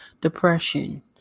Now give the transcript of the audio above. depression